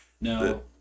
No